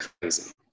crazy